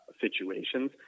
situations